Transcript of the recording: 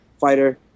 fighter